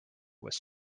was